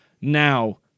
Now